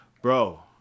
Bro